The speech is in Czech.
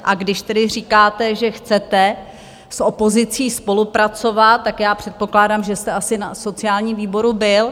A když tedy říkáte, že chcete s opozicí spolupracovat, tak já předpokládám, že jste asi na sociálním výboru byl.